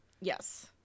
Yes